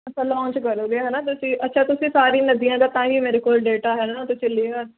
ਅੱਛਾ ਲੋਂਚ ਕਰੋਗੇ ਹੈ ਨਾ ਤੁਸੀਂ ਅੱਛਾ ਤੁਸੀਂ ਸਾਰੀ ਨਦੀਆਂ ਦਾ ਤਾਂ ਹੀ ਮੇਰੇ ਕੋਲ ਡੇਟਾ ਹੈ ਨਾ ਤੁਸੀਂ ਲਿਆ